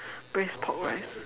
braised pork rice